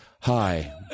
Hi